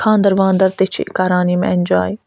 خاندَر واندر تہِ چھِ کران یِم اٮ۪نجاے